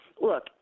look